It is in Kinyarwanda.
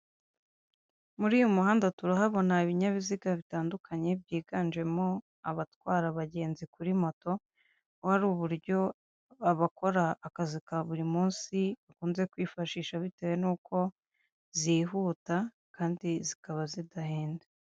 Muri uyu muhanda turahabona ibinyabiziga bitandukanye byiganjemo abatwara abagenzi kuri moto, ko hari uburyo abakora akazi ka buri munsi bakunze kwifashisha bitewe n'uko zihuta kandi zikaba zidahenda.